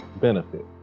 benefit